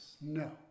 no